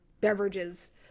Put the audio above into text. beverages